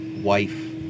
wife